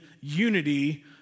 unity